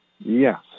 Yes